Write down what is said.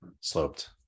sloped